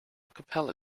capella